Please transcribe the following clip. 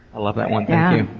i love that one,